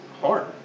hard